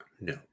no